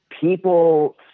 People